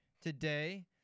today